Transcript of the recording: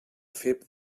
fer